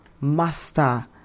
master